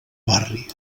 barri